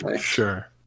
Sure